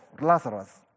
Lazarus